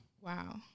Wow